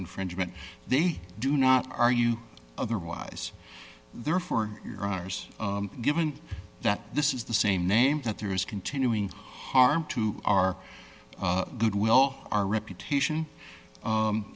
infringement they do not argue otherwise therefore your honour's given that this is the same name that there is continuing harm to our good will our reputation